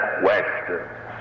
questions